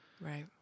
Right